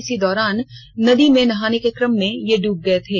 इसी दौरान नदी में नहाने के कम में ये डूब गये थे